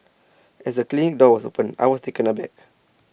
as the clinic door opened I was taken aback